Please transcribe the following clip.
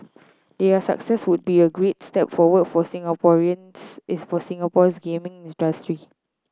their success would be a great step forward for Singaporean's is for Singapore's gaming industry